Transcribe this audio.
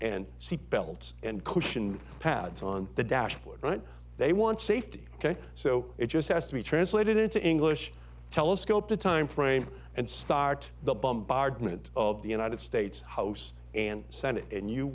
and seat belts and cushion pads on the dashboard they want safety ok so it just has to be translated into english telescope the time frame and start the bombardment of the united states house and senate and you